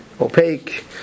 opaque